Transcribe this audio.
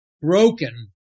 broken